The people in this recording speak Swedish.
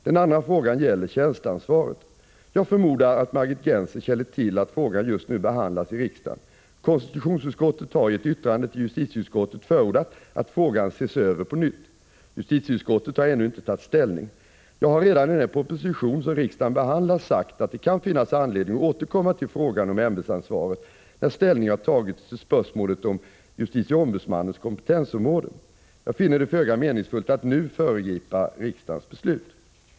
Den andra frågan gäller tjänsteansvaret. Jag förmodar att Margit Gennser känner till att frågan just nu behandlas i riksdagen. Konstitutionsutskottet har i ett yttrande till justitieutskottet förordat att frågan ses över på nytt. Justitieutskottet har ännu inte tagit ställning. Jag har redan i den proposition som riksdagen behandlar sagt att det kan finnas anledning att återkomma till frågan om ämbetsansvaret när ställning har tagits till spörsmålet om JO:s kompetensområde. Jag finner det föga meningsfullt att nu föregripa riksdagens beslut.